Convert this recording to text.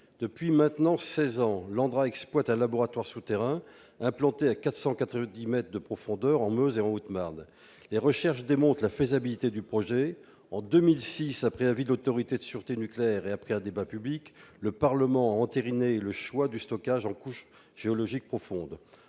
Depuis maintenant seize ans, l'ANDRA exploite un laboratoire souterrain, implanté en Meuse et en Haute-Marne, à 490 mètres de profondeur. Les recherches démontrent la faisabilité du projet. En 2006, après avis de l'Autorité de sûreté nucléaire et après un débat public, le Parlement a entériné le choix du stockage en couche géologique profonde.